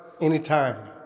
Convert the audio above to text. anytime